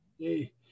Hey